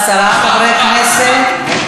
עשרה חברי כנסת,